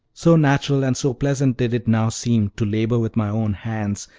so natural and so pleasant did it now seem to labor with my own hands,